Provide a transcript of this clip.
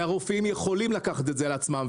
הרופאים יכולים לקחת את זה על עצמם.